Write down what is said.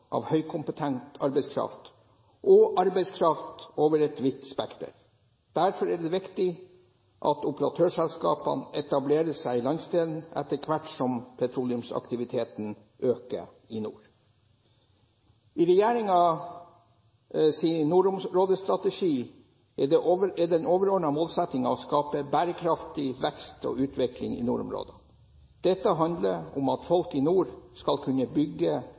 av høykompetent arbeidskraft, og arbeidskraft over et vidt spekter. Derfor er det viktig at operatørselskapene etablerer seg i landsdelen etter hvert som petroleumsaktiviteten øker i nord. I regjeringens nordområdestrategi er den overordnede målsettingen å skape bærekraftig vekst og utvikling i nordområdene. Dette handler om at folk i nord skal kunne bygge